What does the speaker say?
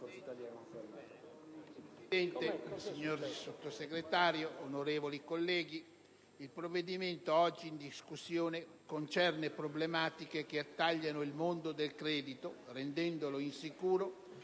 Signor Presidente, signor Sottosegretario, onorevoli colleghi, il provvedimento oggi in discussione concerne problematiche che attanagliano il mondo del credito rendendolo insicuro